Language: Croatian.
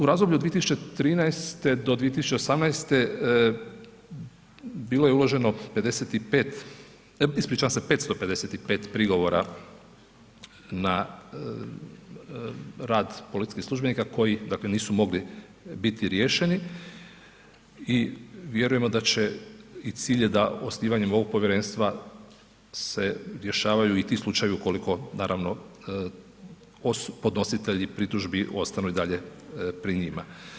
U razdoblju od 2013.-2018. bilo je uloženo 55, ispričavam se, 555 prigovora na rad policijskih službenika koji nisu mogli biti riješeni i vjerujemo da će i cilj je da osnivanjem ovog povjerenstva se rješavaju i ti slučajevi ukoliko, naravno, podnositelji pritužbi ostanu i dalje pri njima.